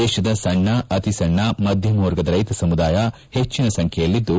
ದೇಶದ ಸಣ್ಣ ಅತಿಸಣ್ಣ ಮಧ್ಯಮವರ್ಗದ ರೈತ ಸಮುದಾಯ ಹೆಚ್ಚಿನ ಸಂಖ್ಯೆಯಲ್ಲಿದ್ದು